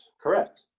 Correct